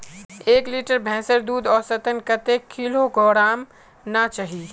एक लीटर भैंसेर दूध औसतन कतेक किलोग्होराम ना चही?